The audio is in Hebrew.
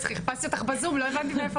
יודעת שהיא אכן